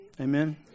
Amen